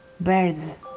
birds